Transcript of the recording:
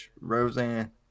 Roseanne